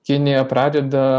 kinija pradeda